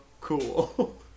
cool